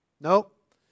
Nope